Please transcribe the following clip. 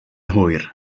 hwyr